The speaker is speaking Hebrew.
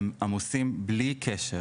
הם עמוסים בלי שום קשר